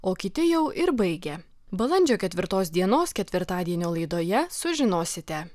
o kiti jau ir baigia balandžio ketvirtos dienos ketvirtadienio laidoje sužinosite